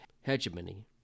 hegemony